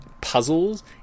puzzles